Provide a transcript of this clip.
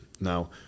Now